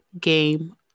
game